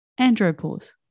andropause